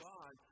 God